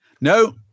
No